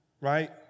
right